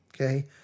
Okay